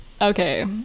okay